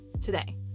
Today